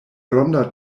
ronda